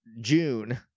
June